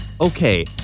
okay